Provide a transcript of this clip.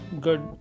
good